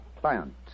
client